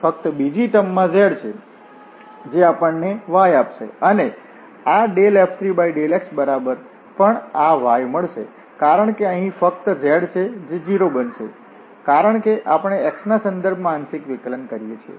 તેથી ફક્ત બીજી ટર્મમાં z છે જે આપણને y આપશે અને આ F3∂x બરાબર પણ આ y મળશે કારણ કે અહીં ફક્ત z છે જે 0 બનશે કારણ કે આપણે x સંદર્ભ માં આંશિક વિકલન કરીએ છીએ